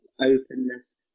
openness